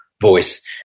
voice